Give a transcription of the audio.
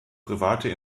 private